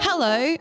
Hello